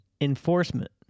enforcement